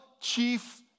chief